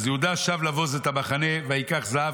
אז "ויהודה שב לבוז את המחנה וייקח זהב